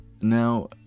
Now